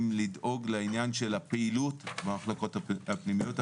לדאוג לעניין של הפעילות במחלקות הפנימיות.